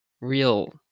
real